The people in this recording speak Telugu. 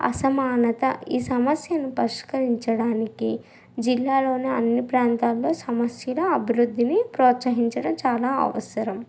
అసమానత ఈ సమస్యను పరిష్కరించడానికి జిల్లాలోని అన్ని ప్రాంతాల్లో సమస్యల అభివృద్ధిని ప్రోత్సహించడం చాలా అవసరం